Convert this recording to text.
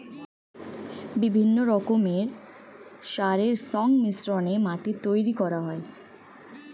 বিভিন্ন রকমের সারের সংমিশ্রণে মাটি তৈরি করা হয়